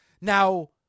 Now